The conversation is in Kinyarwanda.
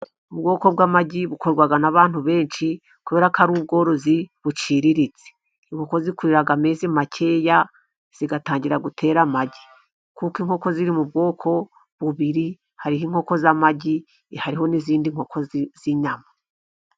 Ubwoko bw'amagi bukorwa n'abantu benshi, kubera ko ari ubworozi buciriritse. Inkoko zikurira amezi makeya zigatangira gutera amagi. Kuko inkoko ziri mu bwoko bubiri, hariho inkoko z'amagi, hariho n'izindi nkoko z'inyama.